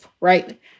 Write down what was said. right